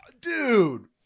dude